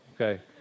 okay